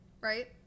right